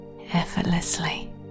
effortlessly